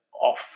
off